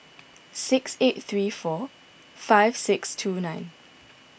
six eight three four five six two nine